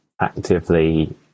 actively